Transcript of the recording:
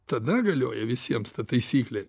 tada galioja visiems ta taisyklė